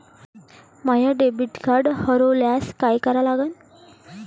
माय debit card हरोल्यास काय करा लागन?